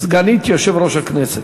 סגנית יושב-ראש הכנסת.